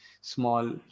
small